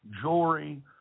jewelry